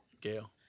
Gail